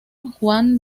juan